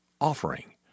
offering